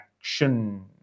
action